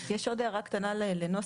יש עוד הערה קטנה לנוסח,